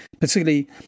particularly